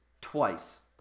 twice